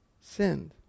sinned